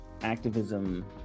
activism